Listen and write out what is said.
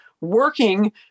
working